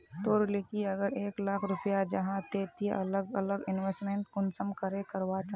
तोर लिकी अगर एक लाख रुपया जाहा ते ती अलग अलग इन्वेस्टमेंट कुंसम करे करवा चाहचिस?